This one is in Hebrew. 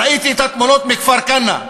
ראיתי את התמונות מכפר-כנא.